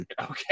Okay